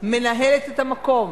מנהלת את המקום.